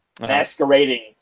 masquerading